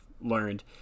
learned